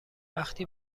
وقتی